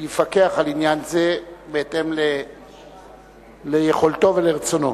יפקח על עניין זה בהתאם ליכולתו ולרצונו.